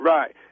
Right